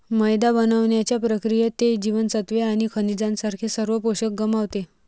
मैदा बनवण्याच्या प्रक्रियेत, ते जीवनसत्त्वे आणि खनिजांसारखे सर्व पोषक गमावते